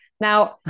Now